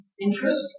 interest